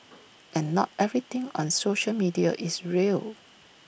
and not everything on social media is real